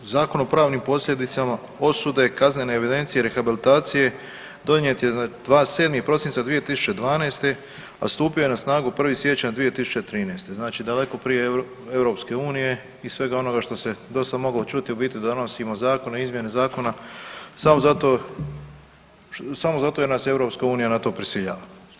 Zakon o pravnim posljedicama osude, kaznenoj evidenciji i rehabilitaciji donijet je 27. prosinca 2012., a stupio je na snagu 1. siječnja 2013., znači daleko prije EU i svega onoga što se do sad moglo čuti u biti donosimo zakon o izmjeni zakona samo zato jer nas EU na to prisiljava.